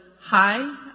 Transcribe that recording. hi